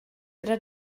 gyda